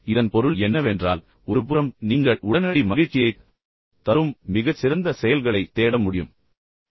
இதன் பொருள் என்னவென்றால் ஒருபுறம் நீங்கள் உடனடி மகிழ்ச்சியைத் தரும் மிகச் சிறந்த செயல்களைத் தேட முடியும்